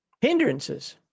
Hindrances